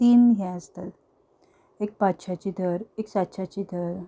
तीन हें आसता एक पांचश्याची धर एक सांतश्याची धर